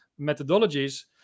methodologies